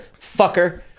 fucker